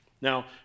Now